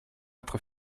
être